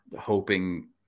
hoping